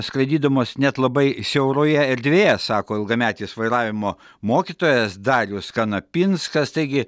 skraidydamos net labai siauroje erdvėje sako ilgametis vairavimo mokytojas darius kanapinskas taigi